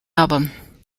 album